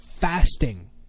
fasting